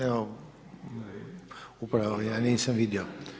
Evo, upravo ja nisam vidio.